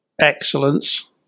excellence